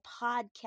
podcast